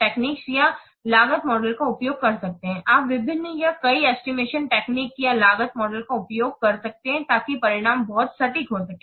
technique या लागत model का उपयोग कर सकते हैं आप विभिन्न या कई एस्टिमेशन टेक्निक या लागत मॉडल का उपयोग कर सकते हैं ताकि परिणाम बहुत सटीक हो सके